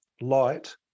light